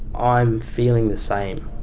i'm feeling the same.